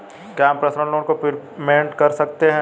क्या हम personal loan का प्रीपेमेंट कर सकते हैं?